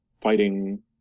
fighting